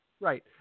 Right